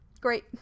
great